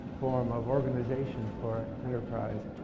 form of organization for enterprise.